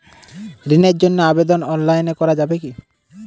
ঋণের জন্য আবেদন অনলাইনে করা যাবে কি?